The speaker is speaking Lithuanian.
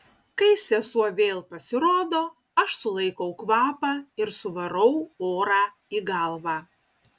kai sesuo vėl pasirodo aš sulaikau kvapą ir suvarau orą į galvą